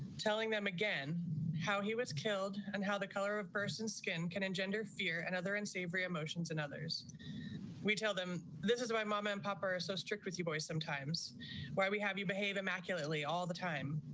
telling them again how he was killed and how the color of person's skin can engender fear and other unsavory emotions and others we tell them this is my mom and pop are so strict with you, boy, sometimes why we have you behave immaculately all the time.